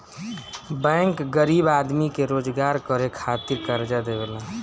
bank गरीब आदमी के रोजगार करे खातिर कर्जा देवेला